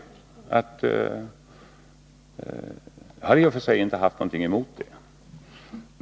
Jag hade i och för sig inte haft något emot det.